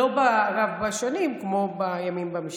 לא בשנים כמו בימים במשכן.